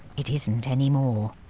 it isn't anymore.